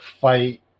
fight